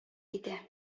китә